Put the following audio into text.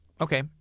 Okay